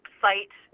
site